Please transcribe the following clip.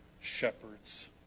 shepherds